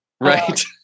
right